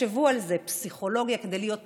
ותחשבו על זה, כדי להיות פסיכולוג,